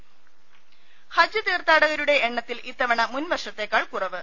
രദ്ദേഷ്ടങ ഹജ്ജ് തീർത്ഥാടകരുടെ എണ്ണത്തിൽ ഇത്തവണ മുൻവർഷത്തേക്കാൾ കുറവ്